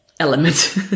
element